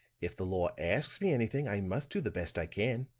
if the law asks me anything, i must do the best i can.